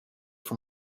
from